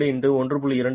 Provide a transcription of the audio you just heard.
2 x 1